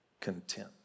content